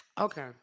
Okay